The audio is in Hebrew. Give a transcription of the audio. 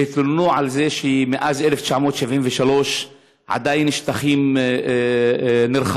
והתלוננו על זה שמאז 1973 עדיין שטחים נרחבים,